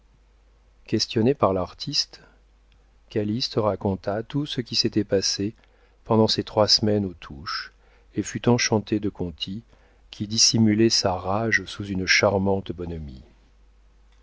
questionné par l'artiste calyste raconta tout ce qui s'était passé pendant ces trois semaines aux touches et fut enchanté de conti qui dissimulait sa rage sous une charmante bonhomie